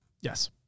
Yes